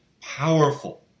powerful